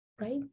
right